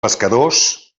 pescadors